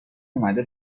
اومده